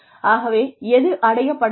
ஆகவே எது அடையப்பட வேண்டும்